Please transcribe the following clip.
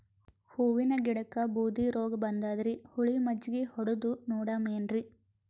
ಹೂವಿನ ಗಿಡಕ್ಕ ಬೂದಿ ರೋಗಬಂದದರಿ, ಹುಳಿ ಮಜ್ಜಗಿ ಹೊಡದು ನೋಡಮ ಏನ್ರೀ?